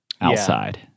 outside